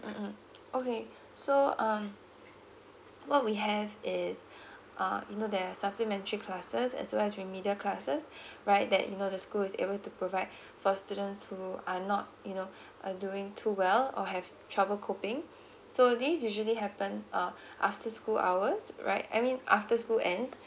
mm mm okay so um what we have is uh you know there're supplementary classes as well as remedial classes right that you know the school is able to provide for students who are not you know uh doing too well or have trouble coping so these usually happen uh after school hours right I mean after school ends